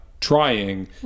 trying